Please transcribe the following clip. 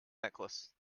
necklace